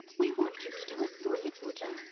we want you to do a so surya-puja.